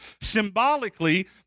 Symbolically